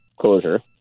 closure